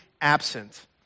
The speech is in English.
absent